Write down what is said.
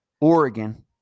Oregon